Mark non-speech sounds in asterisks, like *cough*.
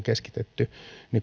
*unintelligible* keskitetty